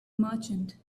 merchant